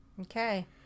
Okay